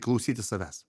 klausytis savęs